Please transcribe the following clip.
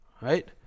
right